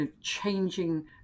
changing